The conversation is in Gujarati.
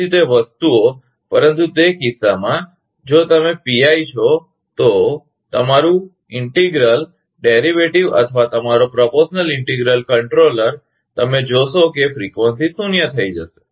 તેથી તે વસ્તુઓ પરંતુ તે કિસ્સામાં જો તમે પીઆઇ છો તો તમારું અભિન્ન ઇન્ટિગ્રલ ડેરિવેટિવ અથવા તમારો પ્ર્પોશનલ ઇન્ટિગ્રલ કંટ્રોલર તમે જોશો કે આવર્તનફ્રિકવંસી શૂન્ય થઈ જશે